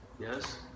yes